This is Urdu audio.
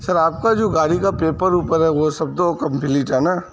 سر آپ کا جو گاڑی کا پیپر ووپر ہے وہ سب تو کمپلیٹ ہے نا